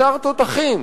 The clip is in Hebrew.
בשר תותחים